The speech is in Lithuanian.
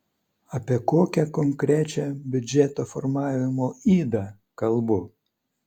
apie kokią konkrečią biudžeto formavimo ydą kalbu